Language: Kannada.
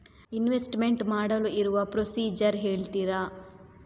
ಇನ್ವೆಸ್ಟ್ಮೆಂಟ್ ಮಾಡಲು ಇರುವ ಪ್ರೊಸೀಜರ್ ಹೇಳ್ತೀರಾ?